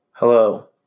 Hello